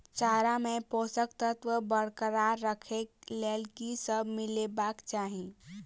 चारा मे पोसक तत्व बरकरार राखै लेल की सब मिलेबाक चाहि?